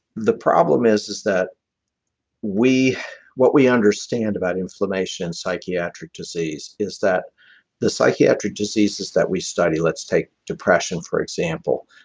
the problem is, is that what we understand about inflammation psychiatric disease is that the psychiatric diseases that we study, let's take depression, for example.